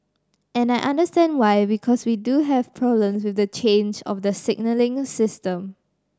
and I understand why because we do have problems with the change of the signalling system